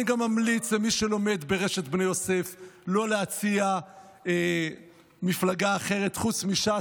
אני גם ממליץ למי שלומד ברשת בני יוסף לא להציע מפלגה אחרת חוץ מש"ס,